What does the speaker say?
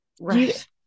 Right